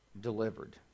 delivered